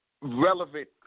relevant